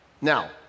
Now